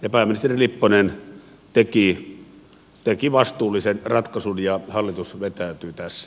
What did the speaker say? pääministeri lipponen teki vastuullisen ratkaisun ja hallitus vetäytyi tässä